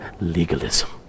legalism